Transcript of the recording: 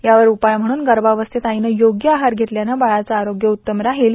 यावर उपाय म्हणून गर्भावस्थेत आईनं योग्य आहार घेतल्याने बाळाचे आरोग्य उत्तम राहील